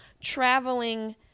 traveling